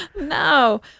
no